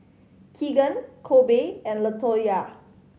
Kegan Kobe and Latoyia